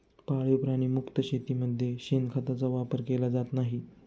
पाळीव प्राणी मुक्त शेतीमध्ये शेणखताचा वापर केला जात नाही